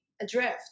adrift